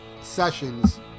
sessions